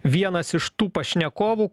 vienas iš tų pašnekovų